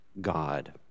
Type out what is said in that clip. God